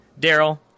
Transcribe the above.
Daryl